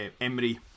Emery